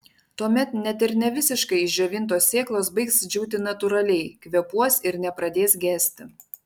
tuomet net ir ne visiškai išdžiovintos sėklos baigs džiūti natūraliai kvėpuos ir nepradės gesti